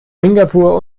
singapur